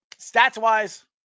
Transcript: stats-wise